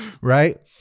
Right